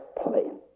plane